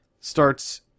starts